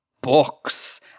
books